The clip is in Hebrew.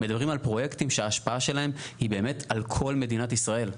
מדברים על פרויקטים שההשפעה שלהם היא באמת על כל מדינת ישראל.